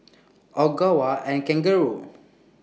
Ogawa and Kangaroo